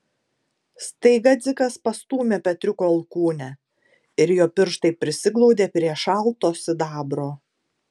staiga dzikas pastūmė petriuko alkūnę ir jo pirštai prisiglaudė prie šalto sidabro